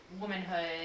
womanhood